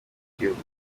igihugu